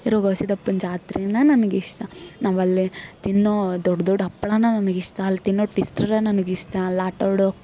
ಇರೋ ಗವಿ ಸಿದ್ದಪ್ಪನ ಜಾತ್ರೆನ ನಮ್ಗೆ ಇಷ್ಟ ನಾವಲ್ಲಿ ತಿನ್ನೋ ದೊಡ್ಡ ದೊಡ್ಡ ಹಪ್ಪಳನ ನಮ್ಗೆ ಇಷ್ಟ ಅಲ್ಲಿ ತಿನ್ನೋ ನಮ್ಗೆ ಇಷ್ಟ ಅಲ್ಲಿ ಆಟ ಆಡೋ